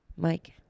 Mike